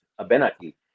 Abenaki